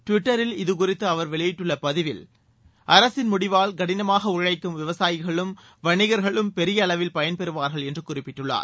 டிவிட்டரில் இதுகுறித்து அவர் வெளியிட்டுள்ள பதிவில் அரசின் முடிவால் கடினமாக உழைக்கும் விவசாயிகளும் வணிகர்களும் பெரிய அளவில் பயன்பெறுவார்கள் என்று குறிப்பிட்டுள்ளார்